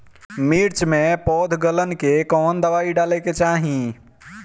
मिर्च मे पौध गलन के कवन दवाई डाले के चाही?